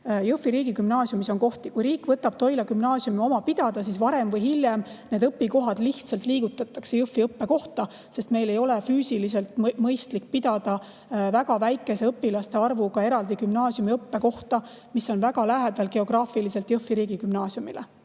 Jõhvi riigigümnaasiumis on kohti. Kui riik võtab Toila Gümnaasiumi oma pidada, siis varem või hiljem need õpikohad lihtsalt liigutatakse Jõhvi õppekohta, sest meil ei ole füüsiliselt mõistlik pidada väga väikese õpilaste arvuga eraldi gümnaasiumiõppe kohta, mis on geograafiliselt väga lähedal Jõhvi riigigümnaasiumile.